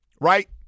right